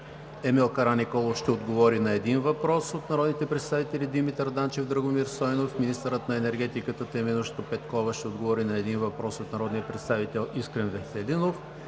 Емил Караниколов ще отговори на един въпрос от народните представители Димитър Данчев и Драгомир Стойнев. - министърът на енергетиката Теменужка Петкова ще отговори на един въпрос от народния представител Искрен Веселинов;